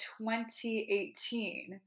2018